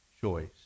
choice